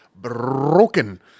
broken